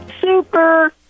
Super